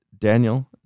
Daniel